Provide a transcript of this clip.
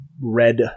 red